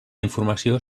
informació